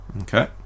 Okay